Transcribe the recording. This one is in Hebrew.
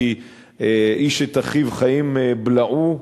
כי "איש את אחיו חיים בלעו"